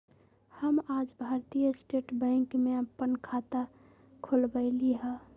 हम आज भारतीय स्टेट बैंक में अप्पन खाता खोलबईली ह